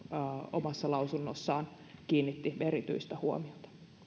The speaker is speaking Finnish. omassa lausunnossaan kiinnitti erityistä huomiota